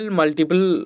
multiple